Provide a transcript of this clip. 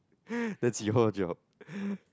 that's your job